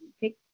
pick